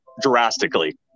drastically